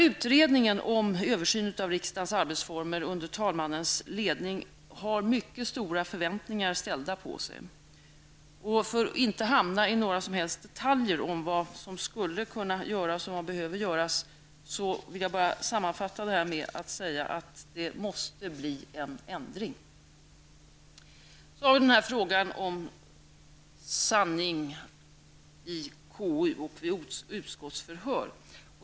Utredningen om översyn av riksdagens arbetsformer, under talmannens ledning, har mycket stora förväntningar ställda på sig. För att inte hamna i några som helst detaljer om vad som skulle kunna göras och behöver göras vill jag bara sammanfatta med att säga att det måste bli en ändring. Så har vi frågan om sanning i KU och vid utskottsförhör.